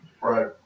Right